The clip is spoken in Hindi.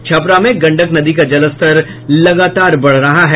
छपरा में गंडक नदी का जलस्तर लगातार बढ़ रहा है